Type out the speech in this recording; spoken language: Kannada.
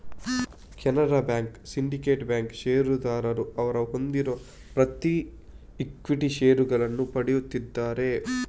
ಕೆನರಾ ಬ್ಯಾಂಕ್, ಸಿಂಡಿಕೇಟ್ ಬ್ಯಾಂಕ್ ಷೇರುದಾರರು ಅವರು ಹೊಂದಿರುವ ಪ್ರತಿ ಈಕ್ವಿಟಿ ಷೇರುಗಳನ್ನು ಪಡೆಯುತ್ತಿದ್ದಾರೆ